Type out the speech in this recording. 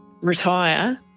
retire